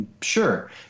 sure